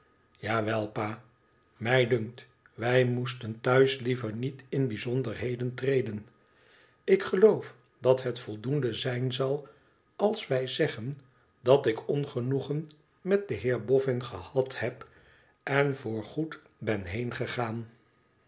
wel pa mij dunkt wij moesten thuis liever niet in bijzonderheden treden ik geloof dat het voldoende zijn zal als wij zeggen dat ik ongenoegen met den heer boffin gehad heb en voorgoed ben heengegaan